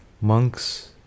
Monks